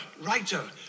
writer